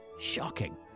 Shocking